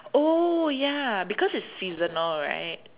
oh ya because it's seasonal right